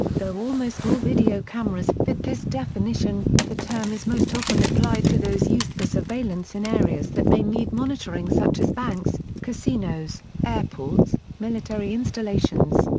though almost all video cameras fit this definition, the term is most often applied to those used for surveillance in areas that may need monitoring such as banks, casinos, airports, military installations,